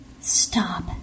Stop